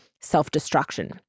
self-destruction